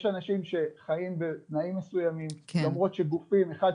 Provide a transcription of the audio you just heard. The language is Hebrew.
יש אנשים שחיים בתנאים מסוימים למרות שגופים אחד,